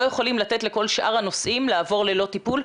יכולים לתת לכל שאר הנושאים לעבור ללא טיפול,